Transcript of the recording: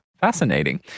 Fascinating